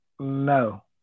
no